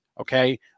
okay